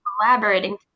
collaborating